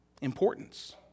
importance